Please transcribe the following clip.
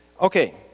Okay